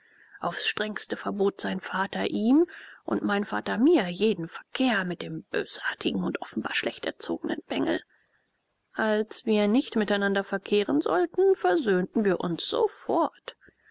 aufs strengste verbot sein vater ihm und mein vater mir jeden verkehr mit dem bösartigen und offenbar schlecht erzogenen bengel als wir nicht miteinander verkehren sollten versöhnten wir uns sofort